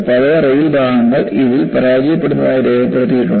പഴയ റെയിൽ ഭാഗങ്ങൾ ഇതിൽ പരാജയപ്പെടുന്നതായി രേഖപ്പെടുത്തിയിട്ടുണ്ട്